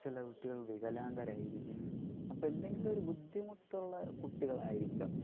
ചില കുട്ടികൾ വികലാംഗർ ആയിരിക്കും അപ്പം എന്തെങ്കിലും ഒരു ബുദ്ധിമുട്ടുള്ള കുട്ടികൾ ആയിരിക്കാം